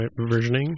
versioning